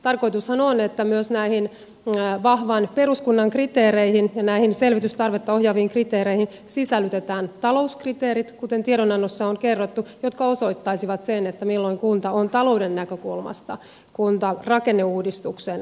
tarkoitushan on että myös näihin vahvan peruskunnan kriteereihin ja näihin selvitystarvetta ohjaaviin kriteereihin sisällytetään talouskriteerit kuten tiedonannossa on kerrottu jotka osoittaisivat sen milloin kunta on talouden näkökulmasta kuntarakenneuudistuksen tarpeessa